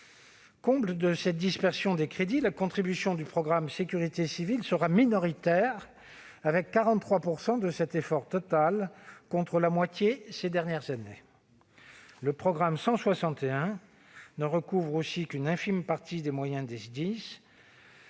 Comble de cette dispersion des crédits, la contribution du programme 161, « Sécurité civile », sera minoritaire, puisqu'il représente 43 % de l'effort total, contre la moitié ces dernières années. Le programme 161 ne recouvre aussi qu'une infime partie des moyens des